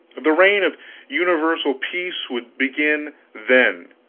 the reign of universal peace would begin then,